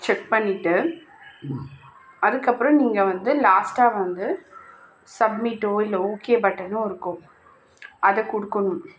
check பண்ணிவிட்டு அதுக்கப்புறம் நீங்கள் வந்து லாஸ்ட்டாக வந்து சப்மிட்டோ இல்லை ஓகே பட்டனோ இருக்கும் அதை கொடுக்கணும்